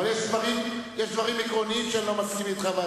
אבל יש דברים עקרוניים שבהם אני לא מסכים אתך,